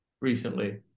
recently